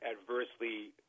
adversely